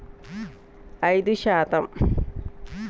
మిరప కాయల్లో ఎంత శాతం తేమ లేకుండా చూసుకోవాలి?